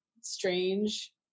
strange